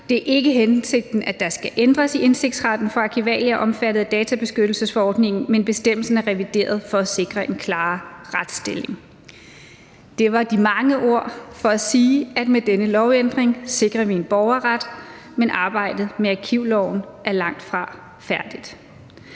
Det er ikke hensigten, at der skal ændres i indsigtsretten for arkivalier omfattet af databeskyttelsesforordningen, men bestemmelsen er revideret for at sikre en klarere retsstilling. Det var mange ord for at sige, at vi med denne lovændring sikrer en borgerret, men at arbejdet med arkivloven langt fra er færdigt.